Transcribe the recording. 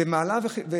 זאת מעלה וחיסרון.